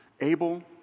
Abel